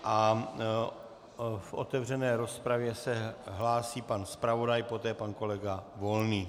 V otevřené rozpravě se hlásí pan zpravodaj, poté pan kolega Volný.